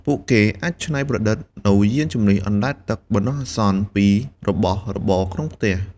ពួកគេអាចច្នៃប្រឌិតនូវយានជំនិះអណ្តែតទឹកបណ្តោះអាសន្នពីរបស់របរក្នុងផ្ទះ។